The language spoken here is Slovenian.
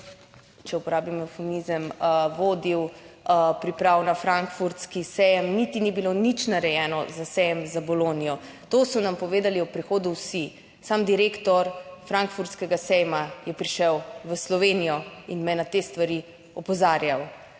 če uporabim evfemizem vodil priprav na Frankfurtski sejem, niti ni bilo nič narejeno za sejem za bolonijo. To so nam povedali ob prihodu vsi, sam direktor Frankfurtskega sejma je prišel v Slovenijo in me na te stvari opozarjal.